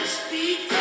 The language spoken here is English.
speak